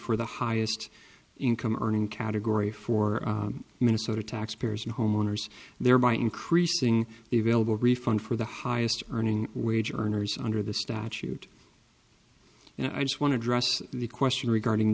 for the highest income earning category for minnesota taxpayers and homeowners thereby increasing the available refund for the highest earning wage earners under the statute and i just want to dress the question regarding